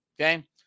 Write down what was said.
okay